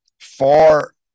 far